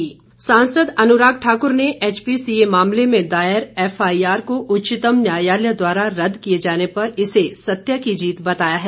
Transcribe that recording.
अनुराग सांसद अनुराग ठाक्र ने एचपीसीए मामले में दायर एफआईआर को उच्चतम न्यायालय द्वारा रदद किए जाने पर इसे सत्य की जीत बताया है